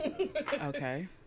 Okay